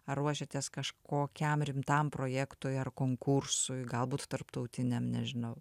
ar ruošitės kažkokiam rimtam projektui ar konkursui galbūt tarptautiniam nežinau